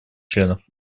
членов